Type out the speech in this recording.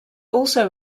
also